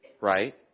right